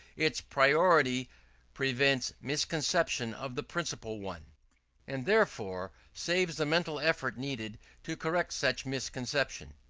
its priority prevents misconception of the principal one and therefore saves the mental effort needed to correct such misconception.